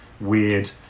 weird